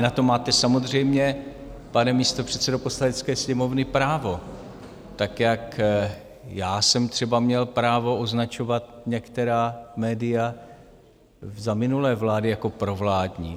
Na to máte, samozřejmě, pane místopředsedo Poslanecké sněmovny, právo, tak jak já jsem třeba měl právo označovat některá média za minulé vlády jako provládní.